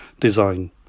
design